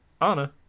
Anna